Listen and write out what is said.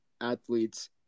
athletes